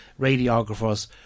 radiographers